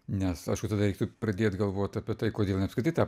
nes aišku tada reiktų pradėt galvot apie tai kodėl jinai apskritai tapo